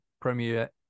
Premier